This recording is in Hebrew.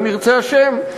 אם ירצה השם,